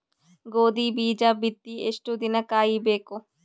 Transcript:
ಗೋಧಿ ಬೀಜ ಬಿತ್ತಿ ಎಷ್ಟು ದಿನ ಕಾಯಿಬೇಕು?